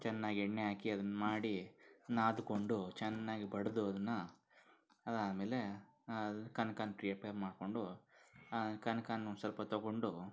ಚೆನ್ನಾಗಿ ಎಣ್ಣೆ ಹಾಕಿ ಅದನ್ನ ಮಾಡಿ ನಾದಿಕೊಂಡು ಚೆನ್ನಾಗಿ ಬಡಿದು ಅದನ್ನು ಅದಾದಮೇಲೆ ಕನಕನ ಕ್ರಿಯಪೈ ಮಾಡ್ಕೊಂಡು ಕನಕನು ಸ್ವಲ್ಪ ತಗೊಂಡು